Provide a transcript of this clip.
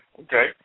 Okay